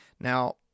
Now